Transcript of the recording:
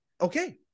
Okay